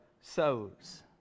sows